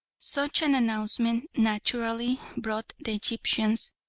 such an announcement naturally brought the egyptians,